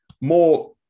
more